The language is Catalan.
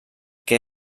que